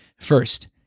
First